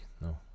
No